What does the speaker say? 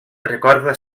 recorda